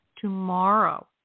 tomorrow